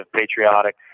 patriotic